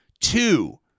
two